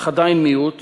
אך עדיין מיעוט